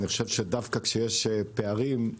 אני חושב שדווקא כשיש פערים,